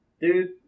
Dude